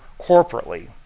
corporately